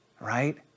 right